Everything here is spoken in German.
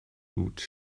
gut